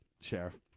Sheriff